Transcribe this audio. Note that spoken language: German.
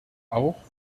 auch